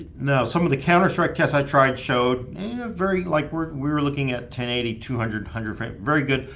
know some of the counter-strike casts. i tried showed very like work we were looking at ten eighty two hundred hundred feet very good,